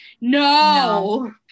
no